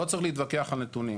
לא צריך להתווכח על נתונים,